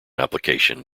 application